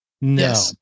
No